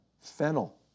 fennel